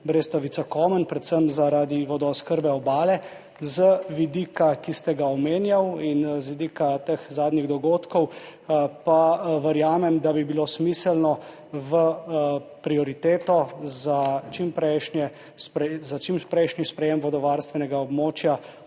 Brestovica–Komen, predvsem zaradi vodooskrbe Obale. Z vidika, ki ste ga omenjali, in z vidika teh zadnjih dogodkov pa verjamem, da bi bilo smiselno med prioritete za čimprejšnje sprejetje vodovarstvenega območja